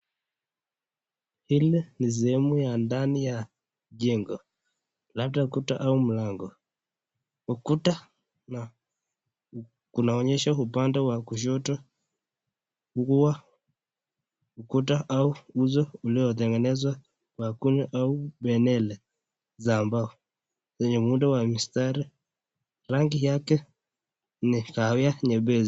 Hili ni sehemu ya ndani ya jengo, labda ukuta au mlango, ukuta unaonyesha upande wa kushoto kuwa ukuta au uso uliotengenezwa kwa kuni au bendera za mbao, kwenye muundo wa mustari rangi yake ni kahawia nyepesi.